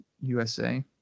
USA